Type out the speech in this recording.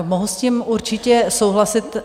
Mohu s tím určitě souhlasit.